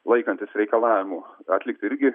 laikantis reikalavimų atlikt irgi